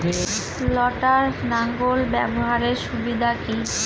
লটার লাঙ্গল ব্যবহারের সুবিধা কি?